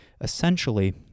essentially